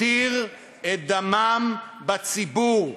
מתיר את דמם בציבור.